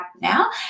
now